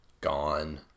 gone